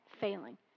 failing